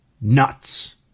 nuts